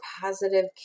positive